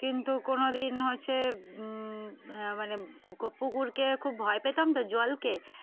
কিন্তু কোনো দিন হচ্ছে মানে পুকুরকে খুব ভয় পেতাম তো জলকে